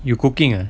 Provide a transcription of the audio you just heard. you cooking ah